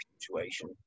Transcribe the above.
situation